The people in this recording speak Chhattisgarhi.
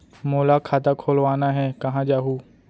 मोला खाता खोलवाना हे, कहाँ जाहूँ?